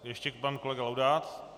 Ještě pan kolega Laudát.